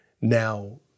now